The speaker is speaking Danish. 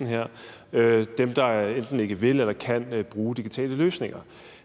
her, nemlig dem, der enten ikke vil eller ikke kan bruge digitale løsninger.